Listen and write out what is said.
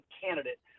candidate